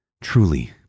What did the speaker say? Truly